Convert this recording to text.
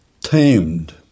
Tamed